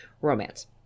romance